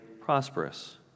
prosperous